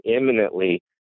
imminently